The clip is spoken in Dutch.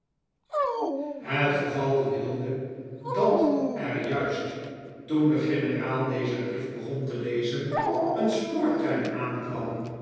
het geval wilde dat er juist toen de generaal dezen brief begon te lezen een spoortrein aankwam